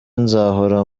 nzahora